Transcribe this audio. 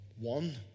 one